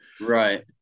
Right